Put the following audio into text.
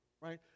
right